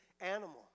animal